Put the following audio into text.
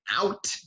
out